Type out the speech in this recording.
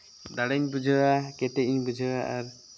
ᱫᱟᱲᱮᱧ ᱵᱩᱡᱷᱟᱹᱣᱟ ᱠᱮᱴᱮᱡᱼᱤᱧ ᱵᱩᱡᱷᱟᱹᱣᱟ ᱟᱨ